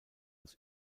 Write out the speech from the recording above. als